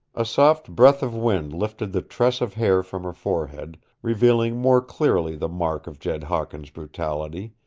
a soft breath of wind lifted the tress of hair from her forehead, revealing more clearly the mark of jed hawkins' brutality,